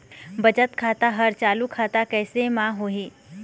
बचत खाता हर चालू खाता कैसे म होही?